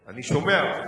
אני שומע אותך,